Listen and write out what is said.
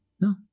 no